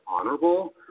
honorable